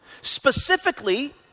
Specifically